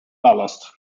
ballast